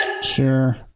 Sure